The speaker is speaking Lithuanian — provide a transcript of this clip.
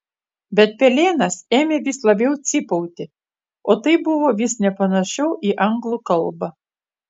bet pelėnas ėmė vis labiau cypauti o tai buvo vis nepanašiau į anglų kalbą